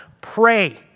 pray